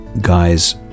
guys